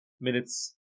Minutes